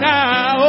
now